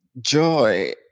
Joy